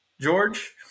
George